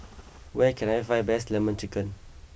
where can I find best Lemon Chicken